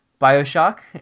Bioshock